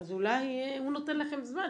הוא נותן לכם זמן,